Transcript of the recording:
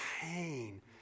pain